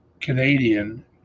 Canadian